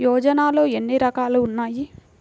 యోజనలో ఏన్ని రకాలు ఉన్నాయి?